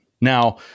Now